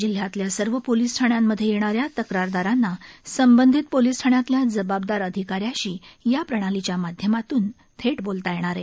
जिल्ह्यातल्या सर्व पोलीस ठाण्यांमधे येणाऱ्या तक्रारदारांना संबंधित पोलीस ठाण्यातल्या जबाबदार अधिकाऱ्याशी या प्रणालीच्या माध्यमातून थेट बोलता येईल